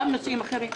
גם נושאים אחרים.